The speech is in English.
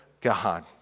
God